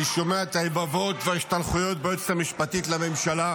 אני שומע את היבבות ואת ההשתלחויות ביועצת המשפטית לממשלה,